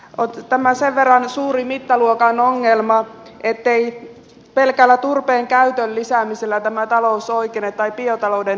on tämä sen verran suuren mittaluokan ongelma ettei pelkällä turpeenkäytön lisäämisellä tai biotalouden edistämisellä tämä talous oikene